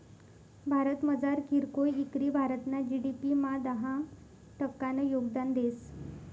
भारतमझार कीरकोय इकरी भारतना जी.डी.पी मा दहा टक्कानं योगदान देस